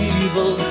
evil